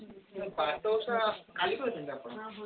ବାଟ ଓଷା କାଲି କରଛନ୍ତି ଆପଣ